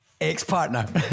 Ex-partner